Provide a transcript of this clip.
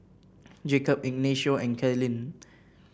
Jacob Ignacio and Kaylynn